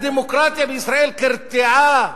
הדמוקרטיה בישראל קרטעה,